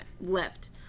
left